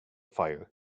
fire